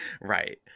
Right